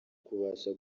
kubasha